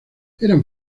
eran